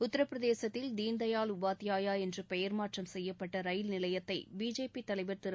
உத்தரப்பிரதேசத்தில் தீன்தயாள் உபாத்யாயா என்று பெயர் மாற்றம் செய்யப்பட்ட முகல் சராய் ரயில் நிலையத்தை பிஜேபி தலைவர் திரு